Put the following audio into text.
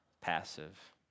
passive